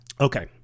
Okay